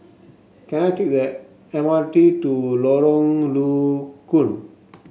can I take the M R T to Lorong Low Koon